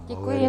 Děkuji.